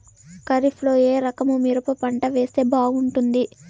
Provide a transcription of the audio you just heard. ఖరీఫ్ లో ఏ రకము మిరప పంట వేస్తే బాగుంటుంది